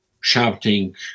shouting